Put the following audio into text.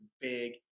big